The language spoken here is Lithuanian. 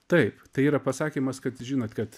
taip tai yra pasakymas kad žinot kad